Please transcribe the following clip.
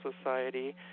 Society